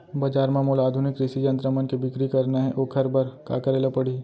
बजार म मोला आधुनिक कृषि यंत्र मन के बिक्री करना हे ओखर बर का करे ल पड़ही?